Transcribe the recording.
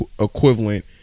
equivalent